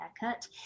haircut